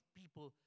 people